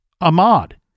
Ahmad